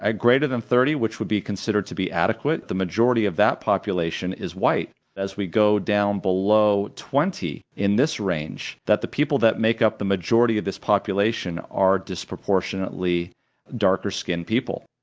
ah greater than thirty, which would be considered to be adequate, the majority of that population is white. as we go down below twenty, in this range, that the people that make up the majority of this population are disproportionately darker skinned people,